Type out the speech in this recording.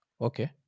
Okay